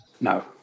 No